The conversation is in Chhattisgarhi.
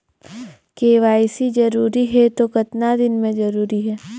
के.वाई.सी जरूरी हे तो कतना दिन मे जरूरी है?